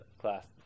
class